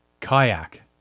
kayak